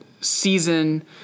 season